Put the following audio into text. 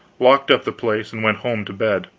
locked up the place, and went home to bed.